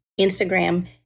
Instagram